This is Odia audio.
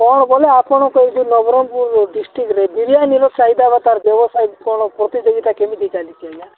କ'ଣ ଗଲେ ଆପଣଙ୍କ ଏହି ଯେଉଁ ନବରଙ୍ଗପୁରରୁ ଡିଷ୍ଟ୍ରିକ୍ରେ ବିରିୟାନୀର ଚାହିଦା ବର୍ତ୍ତମାନ ବ୍ୟବସାୟ କ'ଣ ପ୍ରତିଯୋଗିତା କେମିତି ଚାଲିଛି ଆଜ୍ଞା